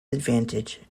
advantage